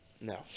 No